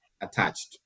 attached